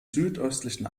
südöstlichen